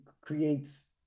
creates